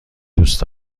دوست